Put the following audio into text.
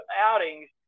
outings